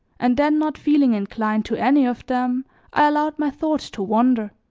and then not feeling inclined to any of them i allowed my thoughts to wander.